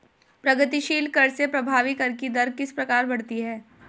प्रगतिशील कर से प्रभावी कर की दर किस प्रकार बढ़ती है?